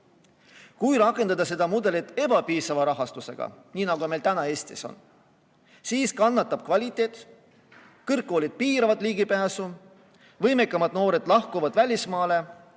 Kui rakendada seda mudelit ebapiisava rahastusega, nii nagu meil täna Eestis on, siis kannatab kvaliteet. Kõrgkoolid piiravad ligipääsu, võimekamad noored lahkuvad välismaale